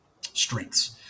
strengths